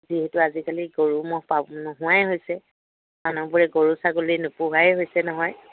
যিহেতু আজিকালি গৰু ম'হ পাব নোহোৱাই হৈছে মানুহবোৰে গৰু ছাগলী নোপোহাই হৈছে নহয়